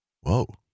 Whoa